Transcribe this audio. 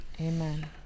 amen